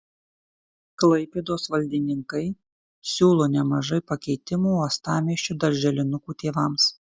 klaipėdos valdininkai siūlo nemažai pakeitimų uostamiesčio darželinukų tėvams